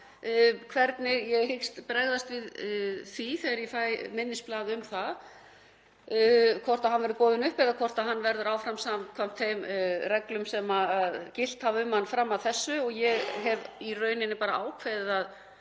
hvernig ég hyggist bregðast við því þegar ég fæ minnisblað um það, hvort hann verður boðinn upp eða hvort hann verður áfram samkvæmt þeim reglum sem gilt hafa um hann fram að þessu. Ég hef í raun bara ákveðið að